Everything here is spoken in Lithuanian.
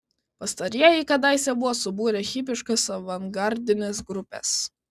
pastarieji kadaise buvo subūrę hipiškas avangardines grupes